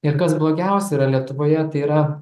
ir kas blogiausia yra lietuvoje tai yra